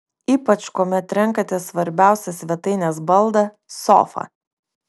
ypač kuomet renkatės svarbiausią svetainės baldą sofą